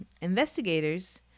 Investigators